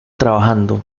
trabajando